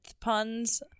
puns